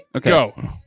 Go